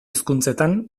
hizkuntzetan